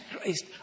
Christ